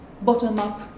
bottom-up